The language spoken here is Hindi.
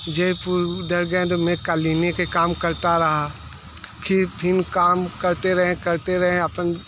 जयपुर जब गए तो मैं क़ालीन का काम करता रहा फिर फिर काम करते रहें करते रहें अपन